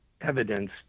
evidence